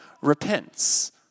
repents